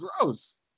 gross